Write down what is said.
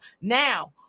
now